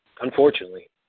unfortunately